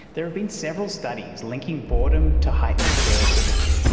there have been several studies linking boredom to heightened creativity,